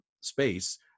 space